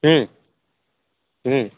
ହୁଁ ହୁଁ